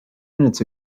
minutes